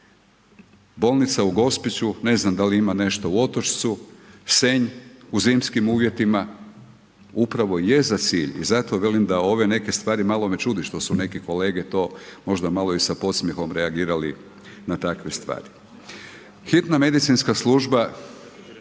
Bolnica u Gospiću, ne znam da li ima nešto u Otočcu, Senj, u zimskim uvjetima. Upravo je za cilj i zato velim da ove neke stvari, malo me čudi što su neke kolege to možda malo i sa podsmjehom reagirali na takve stvari. Hitna medicinska služba,